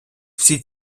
всі